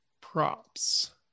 props